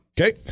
Okay